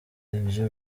ivyo